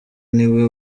niwe